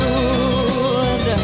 Good